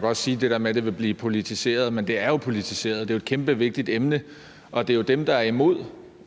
godt sige det der med, at det vil blive politiseret, men det er jo politiseret. Det er jo et kæmpe vigtigt emne. Og det er jo dem, der er imod